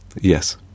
Yes